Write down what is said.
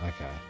Okay